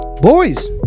Boys